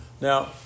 Now